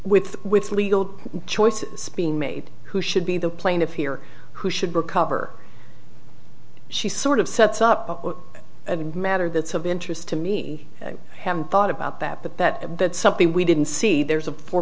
with with legal choices being made who should be the plaintiff here who should recover she sort of sets up a matter that's of interest to me i haven't thought about that but that that's something we didn't see there's a four